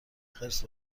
خرس